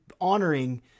honoring